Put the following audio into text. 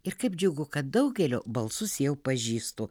ir kaip džiugu kad daugelio balsus jau pažįstu